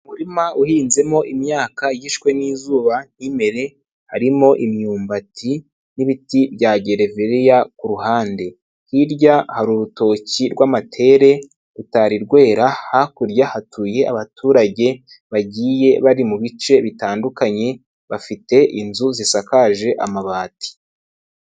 Umurima uhinzemo imyaka yishwe n'izuba mo imbere harimo imyumbati n'ibiti bya gereveriya ku ruhande, hirya hari urutoki rw'amatere rutari rwera, hakurya hatuye abaturage bagiye bari mu bice bitandukanye bafite inzu zisakaje amabati.